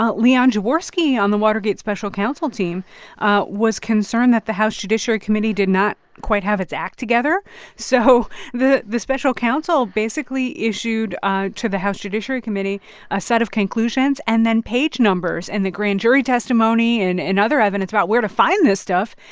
leon jaworski on the watergate special counsel team was concerned that the house judiciary committee did not quite have its act together so the the special counsel basically issued ah to the house judiciary committee a set of conclusions and then page numbers in and the grand jury testimony and and other evidence about where to find this stuff,